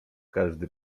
każdy